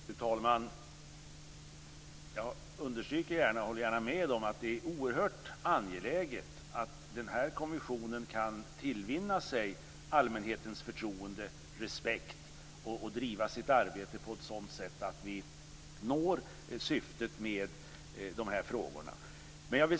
Fru talman! Jag understryker gärna, och håller gärna med om, att det är oerhört angeläget att kommissionen kan tillvinna sig allmänhetens förtroende och respekt och att den kan driva sitt arbete på ett sådant sätt att vi når syftet med dessa frågor.